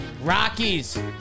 Rockies